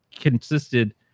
consisted